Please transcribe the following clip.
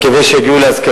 אין להן כסף למשכורות,